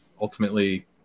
ultimately